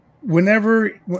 Whenever